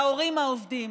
להורים העובדים,